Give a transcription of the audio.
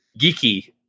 geeky